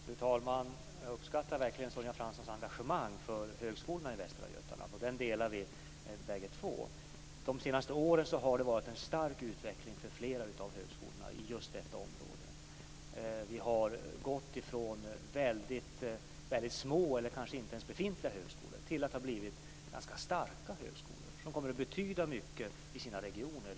Fru talman! Jag uppskattar verkligen Sonja Franssons engagemang för högskolorna i Västra Götaland. Det engagemanget delar vi båda två. De senaste åren har det skett en stark utveckling för flera av högskolorna i detta område. Man har gått från väldigt små eller kanske inte ens befintliga högskolor till ganska starka högskolor som kommer att betyda mycket i sina regioner.